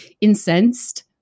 incensed